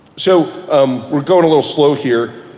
so um we're going a little slow here.